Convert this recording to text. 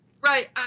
Right